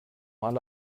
alle